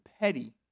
petty